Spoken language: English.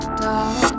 dog